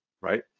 right